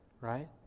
right